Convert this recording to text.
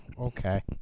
Okay